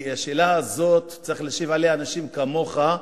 כי על השאלה הזאת צריכים להשיב אנשים כמוך,